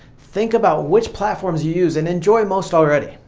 think about which platforms you use and enjoy most already.